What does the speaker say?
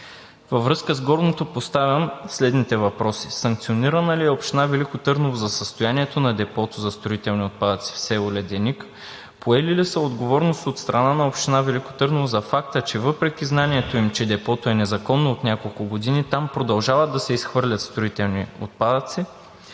Във връзка с горното поставям следните въпроси: санкционирана ли е община Велико Търново за състоянието на депото за строителни отпадъци в село Леденик; поели ли са отговорност от страна на община Велико Търново за факта, че въпреки знанието им, че депото от няколко години там е незаконно, продължават да се изхвърлят строителни отпадъци;